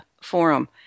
forum